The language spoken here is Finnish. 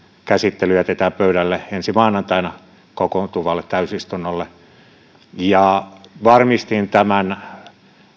käsittely jätetään pöydälle ensi maanantaina kokoontuvalle täysistunnolle varmistin tämän